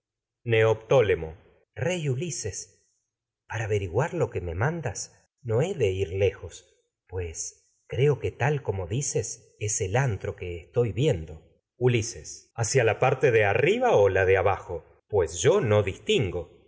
ulises lejos para neoptólemo mandas averiguar tal lo que me no he de pues creo que como di ces es el antro que estoy viendo ulises hacia la parte de arriba o la de abajo pues yo no distingo